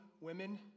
women